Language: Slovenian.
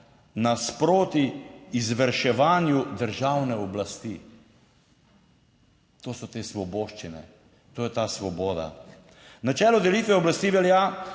nasproti izvrševanju državne oblasti. To so te svoboščine. To je ta svoboda. Načelo delitve oblasti velja